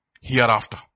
hereafter